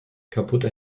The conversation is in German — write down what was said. kaputte